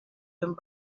and